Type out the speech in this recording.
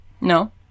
No